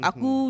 Aku